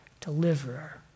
deliverer